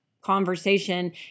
conversation